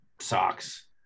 socks